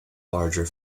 larger